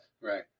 Right